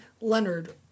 Leonard